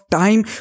time